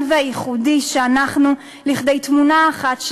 והייחודי שאנחנו לכדי תמונה אחת שלמה.